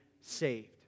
saved